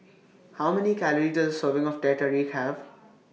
How Many Calories Does A Serving of Teh Tarik Have